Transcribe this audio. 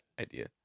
idea